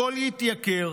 הכול יתייקר,